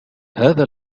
هذا